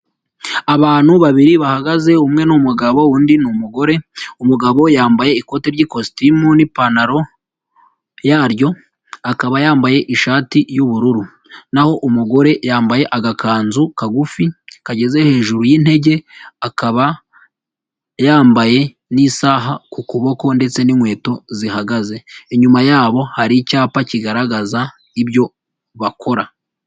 Abantu babiri bahagaze umwe n'umugabo undi ni umugore. Umugabo yambaye ikoti ry'ikositimu n'ipantaro yaryo, akaba yambaye ishati y'ubururu. Naho umugore yambaye agakanzu kagufi kageze hejuru y'intege akaba yambaye n'isaha ku kuboko ndetse n'inkweto zihagaze inyuma yabo hari icyapa kigaragaza ibyo bakora.